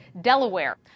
Delaware